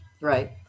Right